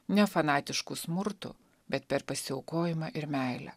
ne fanatišku smurtu bet per pasiaukojimą ir meilę